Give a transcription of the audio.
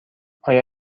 آیا